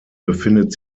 befindet